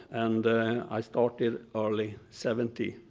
and i started early seventy,